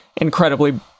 incredibly